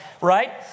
Right